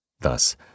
Thus